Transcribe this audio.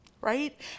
right